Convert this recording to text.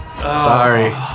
Sorry